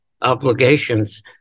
obligations